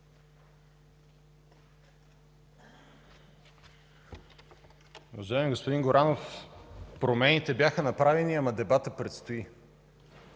Уважаеми господин Горанов, промените бяха направени, но дебатът предстои.